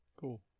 Cool